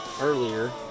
earlier